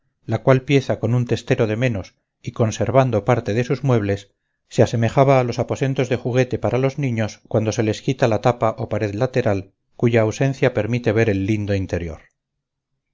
la cual pieza con un testero de menos y conservando parte de sus muebles se asemejaba a los aposentos de juguete para los niños cuando se les quita la tapa o pared lateral cuya ausencia permite ver el lindo interior